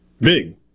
Big